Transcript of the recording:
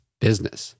business